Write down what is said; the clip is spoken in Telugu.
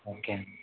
ఓకే అండీ